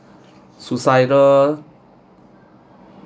suicidal